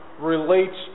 relates